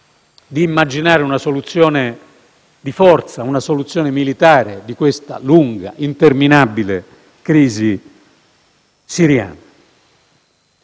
di immaginare una soluzione di forza, una soluzione militare, alla lunga ed interminabile crisi siriana.